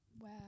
wow